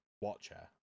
Watcher